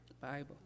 Bible